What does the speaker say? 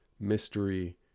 mystery